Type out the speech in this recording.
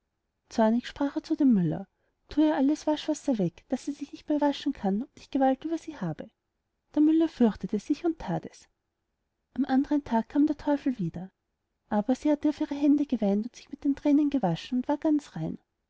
sprach er zu dem müller thu ihr alles waschwasser weg daß sie sich nicht mehr waschen kann und ich gewalt über sie habe der müller fürchtete sich und that es am andern tag kam der teufel wieder aber sie hatte auf ihre hände geweint und sich mit ihren thränen gewaschen und war ganz rein